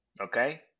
Okay